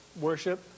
worship